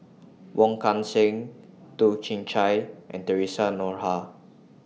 Wong Kan Seng Toh Chin Chye and Theresa Noronha